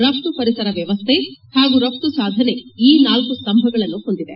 ರಘ್ತು ಪರಿಸರ ವ್ಣವಸ್ಟೆ ಹಾಗೂ ರಘ್ತು ಸಾಧನೆ ಈ ನಾಲ್ಕು ಸ್ತಂಭಗಳನ್ನು ಹೊಂದಿದೆ